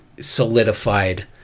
solidified